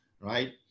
right